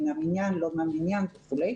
מן המניין, לא מן המניין וכולי.